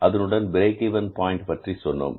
அதனுடன் break even point பற்றி சொன்னோம்